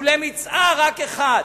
ולמצער רק אחד.